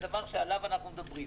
שעליו אנחנו מדברים,